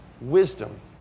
wisdom